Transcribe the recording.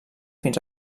fins